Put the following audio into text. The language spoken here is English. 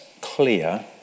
clear